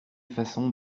façons